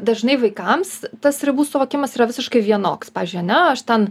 dažnai vaikams tas ribų suvokimas yra visiškai vienoks pavyzdžiui ane aš ten